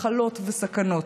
מחלות וסכנות.